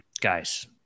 Guys